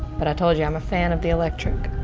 but i told ya, i'm a fan of the electric.